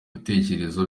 bitekerezo